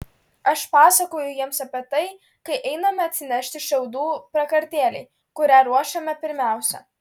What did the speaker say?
aš pasakoju jiems apie tai kai einame atsinešti šiaudų prakartėlei kurią ruošiame pirmiausia